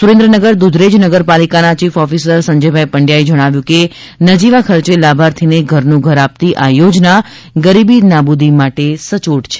સુરેન્દ્રનગર દુધરેજ નગરપાલિકા ના chief officer Sanjaybhai Pandya એ જણાવ્યું છે કે નજીવા ખર્ચે લાભાર્થી ને ઘરનું ઘર આપતી આ યોજના ગરીબી નાબૂદી માટે સચોટ છે